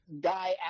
guy